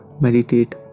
Meditate